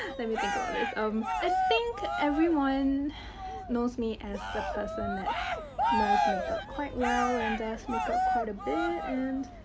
and me think about this. um. i think everyone knows me as the person that knows makeup quite well and does make up quite a bit. and.